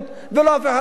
ולא אף אחד אחר,